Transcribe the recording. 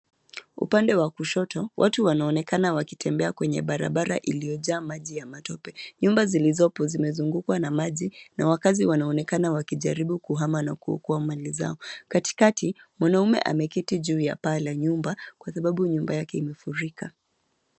Upande wa kushoto, watu wanaonekana wakitembea kwenye barabara iliyojaa maji ya matope. Nyumba zilizopo zimezungukwa na maji na wakazi wanaonekana wakijaribu kuhama na kuokoa mali zao. Katikati, mwanaume ameketi juu ya paa la nyumba, kwa sababu nyumba yake umefurika